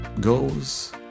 goes